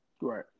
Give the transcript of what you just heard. Right